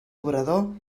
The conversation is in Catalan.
obrador